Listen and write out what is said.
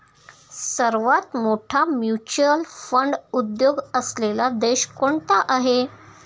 सर्वात मोठा mutual fund उद्योग असलेला देश कोणता आहे?